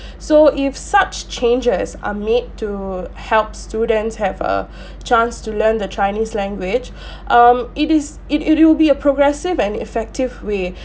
so if such changes are made to help students have a chance to learn the chinese language um it is it it will be a progressive and effective way